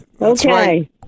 Okay